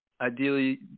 ideally